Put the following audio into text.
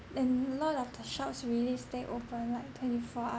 and a lot of the shops really stay open like twenty four